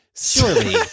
Surely